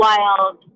Wild